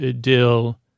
dill